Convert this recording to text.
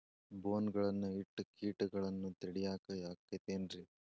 ಬೋನ್ ಗಳನ್ನ ಇಟ್ಟ ಕೇಟಗಳನ್ನು ತಡಿಯಾಕ್ ಆಕ್ಕೇತೇನ್ರಿ?